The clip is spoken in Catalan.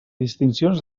distincions